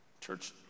Church